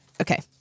Okay